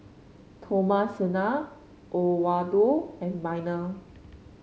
Thomasina Oswaldo and Minor